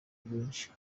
bwinshi